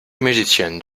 musicians